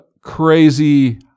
crazy